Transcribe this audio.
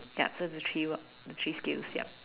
ya so the three what the three skills ya